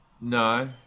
No